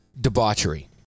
Debauchery